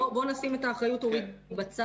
אבל בוא נשים את האחריות ההורית בצד,